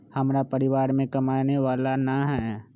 हमरा परिवार में कमाने वाला ना है?